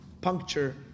puncture